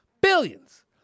Billions